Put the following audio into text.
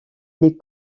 les